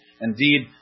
Indeed